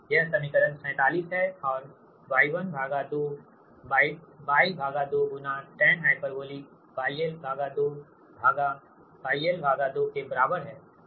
यह समीकरण 47 है और Y1 2 Y2 tan h Y l2Yl2 के बराबर है